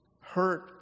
hurt